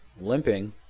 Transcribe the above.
limping